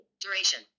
Duration